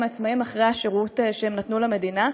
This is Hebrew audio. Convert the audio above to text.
העצמאיים אחרי השירות שהם נתנו למדינה.